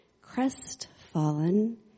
crestfallen